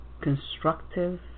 constructive